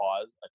pause